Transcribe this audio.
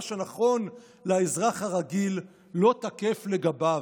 מה שנכון לאזרח הרגיל לא תקף לגביו.